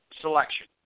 selection